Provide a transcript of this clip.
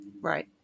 Right